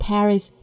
Paris